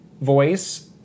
voice